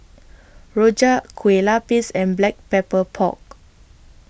Rojak Kueh Lapis and Black Pepper Pork